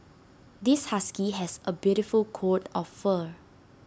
this husky has A beautiful coat of fur